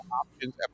options